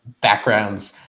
backgrounds